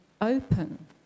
open